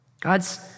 God's